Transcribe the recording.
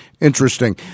Interesting